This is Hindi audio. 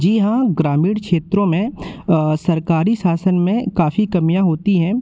जी हाँ ग्रामीण क्षेत्रों में सरकारी शासन में काफ़ी कमियाँ होती हैं